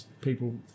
people